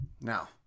Now